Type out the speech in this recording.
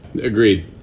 Agreed